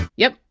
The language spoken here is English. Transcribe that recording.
yep,